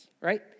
right